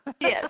Yes